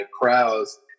crowds